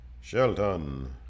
Shelton